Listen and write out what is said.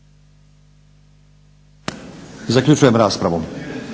Zaključujem raspravu.